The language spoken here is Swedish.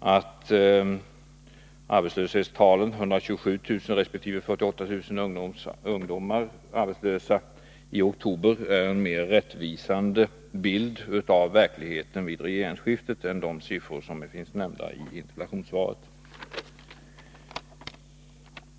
att arbetslöshetstalen 127 000 resp. 48 000 arbetslösa ungdomar i oktober är en mer rättvisande bild av verkligheten vid regeringsskiftet än de siffror som finns i interpellationssvaret.